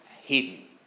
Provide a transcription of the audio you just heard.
hidden